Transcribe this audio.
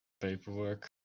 paperwork